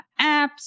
apps